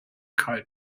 karl